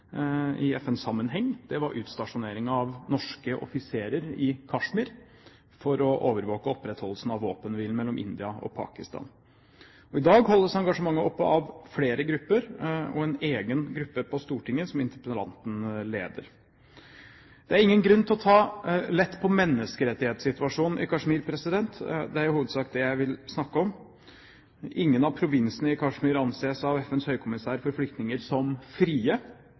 var utstasjoneringen av norske offiserer i Kashmir for å overvåke opprettholdelsen av våpenhvilen mellom India og Pakistan. I dag holdes engasjementet oppe av flere grupper og en egen gruppe på Stortinget, som interpellanten leder. Det er ingen grunn til å ta lett på menneskerettighetssituasjonen i Kashmir. Det er i hovedsak det jeg vil snakke om. Ingen av provinsene i Kashmir anses av FNs høykommissær for flyktninger som frie.